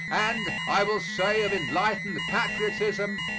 and, i will say, of enlightened patriotism,